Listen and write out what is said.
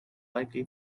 likely